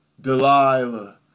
Delilah